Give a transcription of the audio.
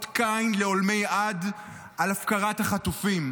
אות קין לעולמי עד על הפקרת החטופים.